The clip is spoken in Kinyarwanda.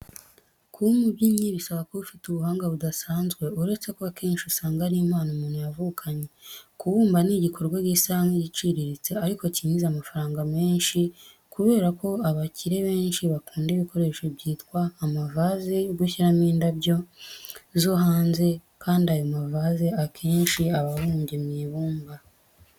Kuba umubumbyi bisaba kuba ufite ubuhanga budasanzwe, uretse ko akenshi usanga ari impano umunu yavukanye. Kubumba ni igikorwa gisa nk'igiciriritse ariko cyinjiza amafaranga menshi kubera ko abakire benshi bakunda ibikoresho byitwa amavaze yo gushyiramo indabyo zo hanze kandi ayo mavaze akenshi aba abumbye mu ibumba.